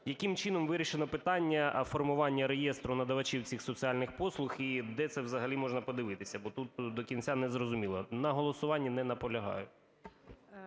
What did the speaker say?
яким чином вирішено питання формування реєстру надавачів цих соціальних послуг і де це взагалі можна подивитися? Бо тут до кінця не зрозуміло. На голосуванні не наполягаю.